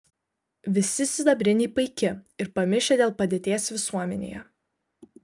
visi sidabriniai paiki ir pamišę dėl padėties visuomenėje